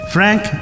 Frank